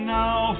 now